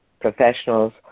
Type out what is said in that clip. professionals